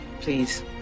please